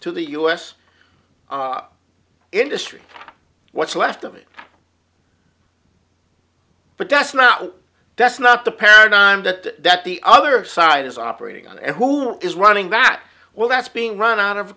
to the u s industry what's left of it but that's not that's not the paradigm that the other side is operating on and who is running that well that's being run out of